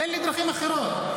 אין לי דרכים אחרות.